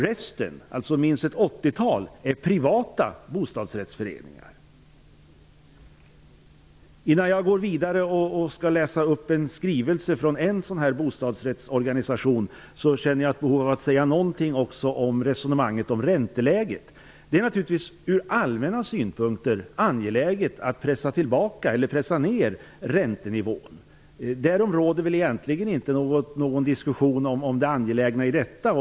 Resten -- alltså minst ett åttiotal -- är privata bostadsrättsföreningar. Innan jag går vidare och läser upp en skrivelse från en bostadsrättsorganisation känner jag ett behov av att säga någonting om resonemanget om ränteläget. Från allmänna synpunkter är det naturligtvis angeläget att pressa ner räntenivån. Om det anglägna i detta råder det väl egentligen inte någon oenighet.